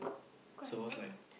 quite a lot lah